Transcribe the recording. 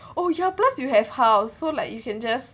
oh ya plus you have house so like you can just